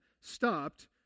stopped